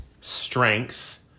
strength